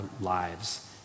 lives